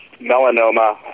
melanoma